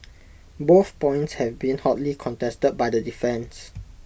both points have been hotly contested by the defence